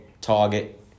target